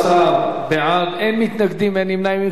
11 בעד, אין מתנגדים, אין נמנעים.